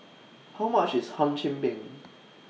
How much IS Hum Chim Peng